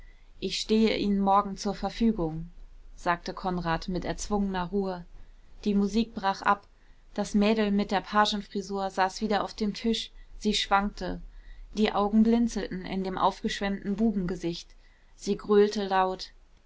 ich stehe ihnen morgen zur verfügung sagte konrad mit erzwungener ruhe die musik brach ab das mädel mit der pagenfrisur saß wieder auf dem tisch sie schwankte die augen blinzelten in dem aufgeschwemmten bubengesicht sie gröhlte laut